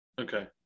Okay